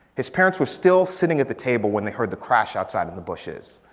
his parents were still sitting at the table when they heard the crash outside in the bushes.